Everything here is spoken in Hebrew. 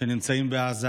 שנמצאים בעזה.